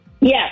Yes